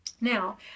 Now